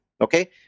Okay